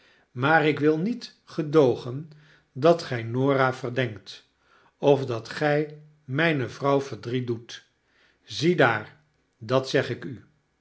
maar ik wil niet gedoogen dat gij norah verdenkt of dat gjj mijne vrouw verdriet doet ziedaar dat zeg i k u